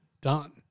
done